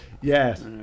Yes